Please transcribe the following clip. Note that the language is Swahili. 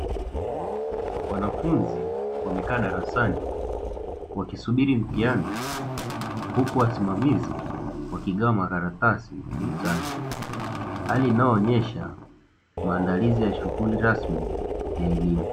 Wanafunzi wamekaa darasani wakisubiri mtihani huku wasimamizi wakigawa makaratasi mezani, hali inayoonyesha maandalizi ya shughuli rasmi ya elimu.